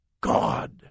God